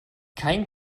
kein